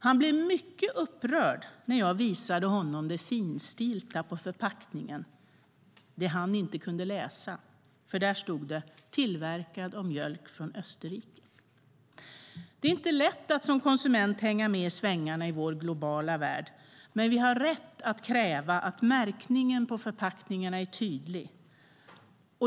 Han blev mycket upprörd när jag visade honom det finstilta på förpackningen, det han inte kunde läsa. Där stod det nämligen: tillverkad av mjölk från Österrike. Det är inte lätt att som konsument hänga med i svängarna i vår globala värld, men vi har rätt att kräva att märkningen på förpackningarna är tydlig.